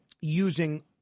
using